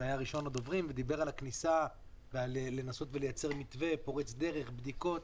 שהיה ראשון הדוברים ודיבר על לנסות ולעשות מתווה פורץ דרך ובדיקות.